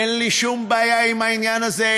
אין לי שום בעיה עם העניין הזה,